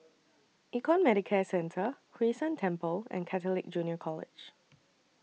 Econ Medicare Centre Hwee San Temple and Catholic Junior College